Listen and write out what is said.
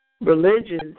religions